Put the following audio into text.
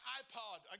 iPod